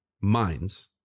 minds